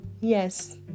Yes